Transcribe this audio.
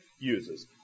uses